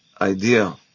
idea